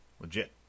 Legit